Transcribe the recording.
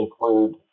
include